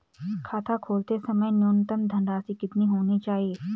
खाता खोलते समय न्यूनतम धनराशि कितनी होनी चाहिए?